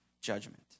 judgment